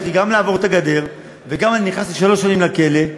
יש לי גם לעבור את הגדר וגם אני נכנס לשלוש שנים לכלא,